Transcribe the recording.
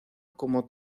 como